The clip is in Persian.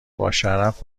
باشرف